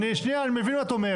אני מבין מה את אומרת.